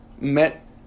met